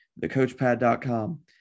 thecoachpad.com